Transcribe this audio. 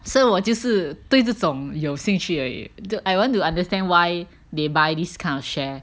so 我就是对这种有兴趣而已 do I want to understand why they buy these kind of share